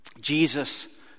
Jesus